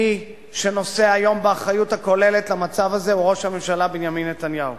מי שנושא היום באחריות הכוללת למצב הזה הוא ראש הממשלה בנימין נתניהו.